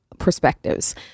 Perspectives